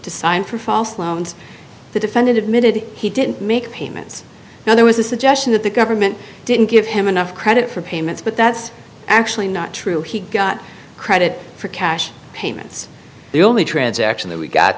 to sign for false loans the defendant admitted he didn't make payments now there was a suggestion that the government didn't give him enough credit for payments but that's actually not true he got credit for cash payments the only transact